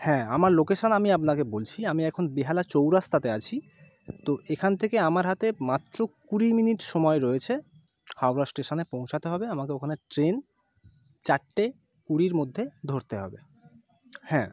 হ্যাঁ আমার লোকেশন আমি আপনাকে বলছি আমি এখন বেহালার চৌরাস্তাতে আছি তো এখান থেকে আমার হাতে মাত্র কুড়ি মিনিট সময় রয়েছে হাওড়া স্টেশানে পৌঁছাতে হবে আমাকে ওখানে ট্রেন চারটে কুড়ির মধ্যে ধরতে হবে হ্যাঁ